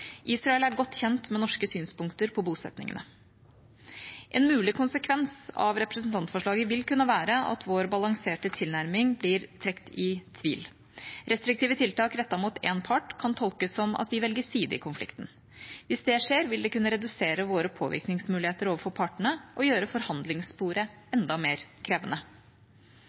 Israel er godt kjent med norske synspunkter på bosettingene. En mulig konsekvens av representantforslaget vil kunne være at vår balanserte tilnærming blir trukket i tvil. Restriktive tiltak rettet mot én part kan tolkes som at vi velger side i konflikten. Hvis det skjer, vil det kunne redusere våre påvirkningsmuligheter overfor partene og gjøre forhandlingssporet enda mer krevende.